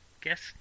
guest